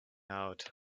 out